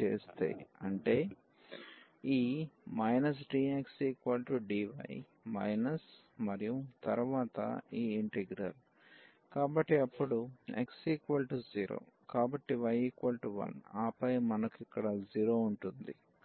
చేస్తే అంటే ఈ dxdy మైనస్ మరియు తరువాత ఈ ఇంటిగ్రల్ కాబట్టి అప్పుడు x 0 కాబట్టి y 1 ఆపై మనకు ఇక్కడ 0 ఉంటుంది